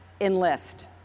enlist